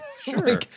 Sure